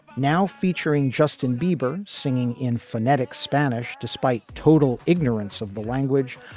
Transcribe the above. now featuring justin bieber singing in phonetic spanish. despite total ignorance of the language,